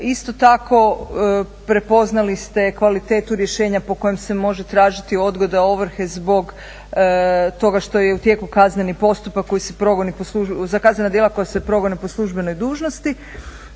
Isto tako prepoznali ste kvalitetu rješenja po kojem se može tražiti odgoda ovrhe zbog toga što je u tijeku kaznena djela koja se progone po službenoj dužnosti,